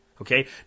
Okay